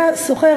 היה סוחר,